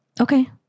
Okay